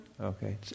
Okay